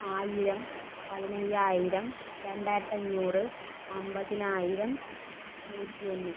ആയിരം പതിനയ്യായിരം രണ്ടായിരത്തി അഞ്ഞൂറ് അൻപതിനായിരം നൂറ്റി ഒന്ന്